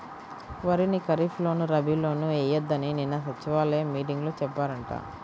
వరిని ఖరీప్ లోను, రబీ లోనూ ఎయ్యొద్దని నిన్న సచివాలయం మీటింగులో చెప్పారంట